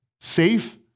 safe